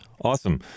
Awesome